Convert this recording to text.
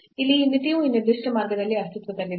ಇಲ್ಲಿ ಈ ಮಿತಿಯು ಈ ನಿರ್ದಿಷ್ಟ ಮಾರ್ಗದಲ್ಲಿ ಅಸ್ತಿತ್ವದಲ್ಲಿಲ್ಲ